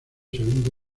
segundo